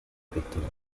pettorali